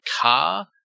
car